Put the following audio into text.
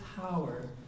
power